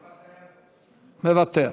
מוותר,